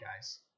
guys